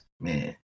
man